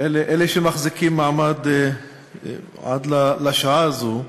אלה שמחזיקים מעמד עד לשעה הזו,